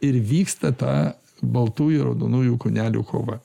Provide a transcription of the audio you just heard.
ir vyksta ta baltųjų raudonųjų kūnelių kova